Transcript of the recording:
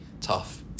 tough